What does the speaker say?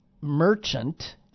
merchant